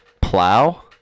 Plow